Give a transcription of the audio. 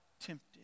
tempted